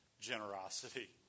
generosity